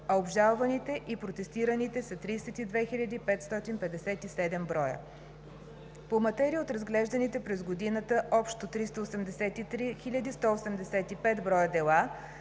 а обжалваните и протестираните са 32 557 броя. По материя от разглежданите през годината общо 383 185 броя дела